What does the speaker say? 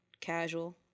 casual